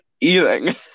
eating